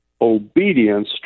obedience